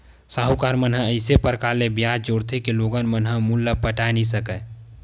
साहूकार मन ह अइसे परकार ले बियाज जोरथे के लोगन ह मूल ल पटाए नइ सकय